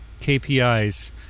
KPIs